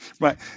Right